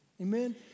Amen